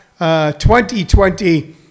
2020